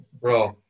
bro